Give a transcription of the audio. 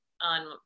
on